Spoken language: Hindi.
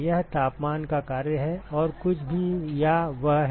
यह तापमान का कार्य है और कुछ भी या वह है